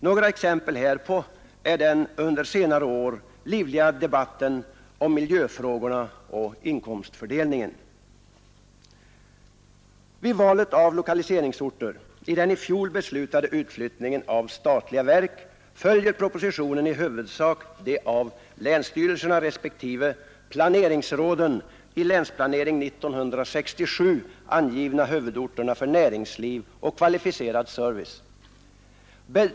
Några exempel härpå är den under senare år livliga debatten om miljöfrågorna och inkomstfördelningen. Vid valet av lokaliseringsorter i den i fjol beslutade utflyttningen av statliga verk följer propositionen i huvudsak de av länsstyrelserna, respektive planeringsråden, i länsplanering 1967 angivna huvudorterna för näringsliv och kvalificerad service.